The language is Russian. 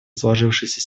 сложившейся